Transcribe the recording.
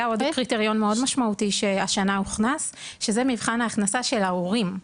היה עוד קריטריון מאוד משמעותי שהוכנס השנה מבחן ההכנסה של ההורים.